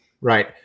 Right